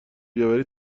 بیاوری